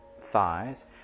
thighs